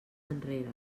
enrere